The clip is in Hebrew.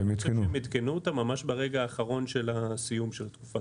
אני חושב שהם עדכנו אותה ממש ברגע האחרון של סיום התקופה.